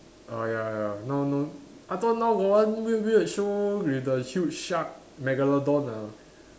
oh ya ya now no I thought now got one weird weird show with the huge shark Megalodon ah